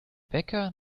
bäcker